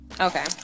Okay